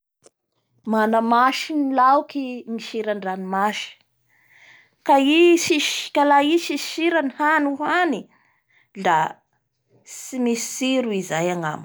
Manamasy ny laoky ny sirandranomasy ka i -ka la i tsisy sira ny hany hohany a tsy misy tsiro i zay angamiko.